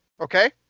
Okay